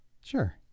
sure